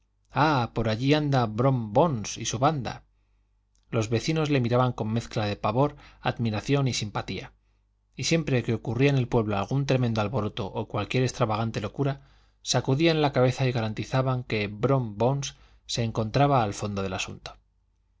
ah por allí anda brom bones y su banda los vecinos le miraban con mezcla de pavor admiración y simpatía y siempre que ocurría en el pueblo algún tremendo alboroto o cualquier extravagante locura sacudían la cabeza y garantizaban que brom bones se encontraba al fondo del asunto